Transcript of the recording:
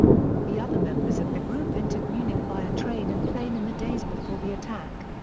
the other members of the group entered munich via train and plane in the days before the attack.